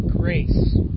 grace